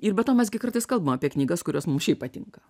ir bet to mes gi kartais kalbam apie knygas kurios mums šiaip patinka